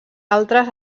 altres